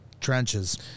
Trenches